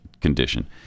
condition